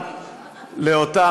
לאותם